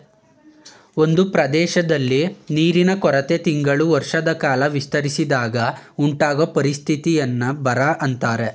ಒಂದ್ ಪ್ರದೇಶ್ದಲ್ಲಿ ನೀರಿನ ಕೊರತೆ ತಿಂಗಳು ವರ್ಷದಕಾಲ ವಿಸ್ತರಿಸಿದಾಗ ಉಂಟಾಗೊ ಪರಿಸ್ಥಿತಿನ ಬರ ಅಂತಾರೆ